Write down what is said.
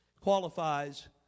qualifies